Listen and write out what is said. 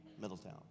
Middletown